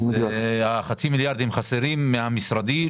אם חסרים חצי מיליארד שקלים מהמשרדי,